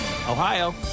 Ohio